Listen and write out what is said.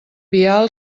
vial